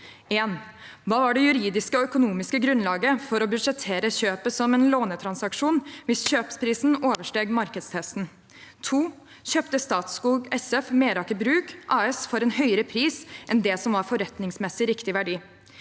1. Hva var det juridiske og økonomiske grunnlaget for å budsjettere kjøpet som en lånetransaksjon hvis kjøpsprisen oversteg markedstesten? 2. Kjøpte Statskog SF Meraker Brug AS for en høyere pris enn det som var forretningsmessig riktig verdi?